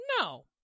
No